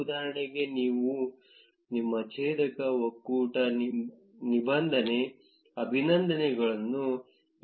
ಉದಾಹರಣೆಗೆ ನಿಮ್ಮ ಛೇದಕ ಒಕ್ಕೂಟ ಅಭಿನಂದನೆ ಇತ್ಯಾದಿಗಳನ್ನು ಹುಡುಕಬೇಕು